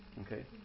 Okay